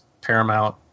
Paramount